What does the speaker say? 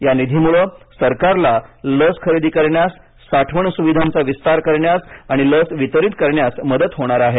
या निधीमुळे सरकारला लस खरेदी करण्यास साठवण सुविधांचा विस्तार करण्यास आणि लस वितरित करण्यास मदत होणार आहे